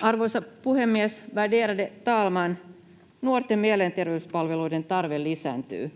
Arvoisa puhemies, värderade talman! Nuorten mielenterveyspalveluiden tarve lisääntyy.